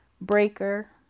Breaker